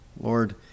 Lord